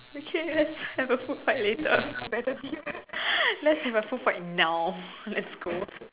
okay let's have a food fight later let's have a food fight now let's go